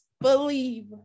believe